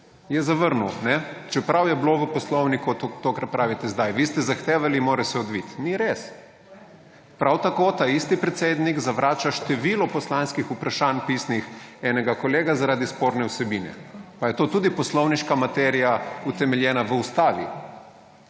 Je zavrnil, ne? Čeprav je bilo v poslovniku to, kar pravite zdaj. Vi ste zahtevali, mora se odviti – ni res. Prav tako taisti predsednik zavrača število poslanskih vprašanj pisnih enega kolega zaradi sporne vsebine. Pa je to tudi poslovniška materija, utemeljena v ustavi.